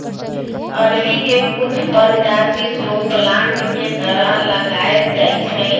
अरबी के कुछ परजाति शो प्लांट के तरह लगाएल जाई छई